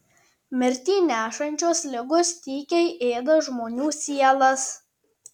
mirtį nešančios ligos tykiai ėda žmonių sielas